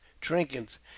trinkets